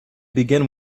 begin